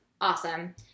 Awesome